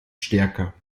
stärker